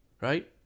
right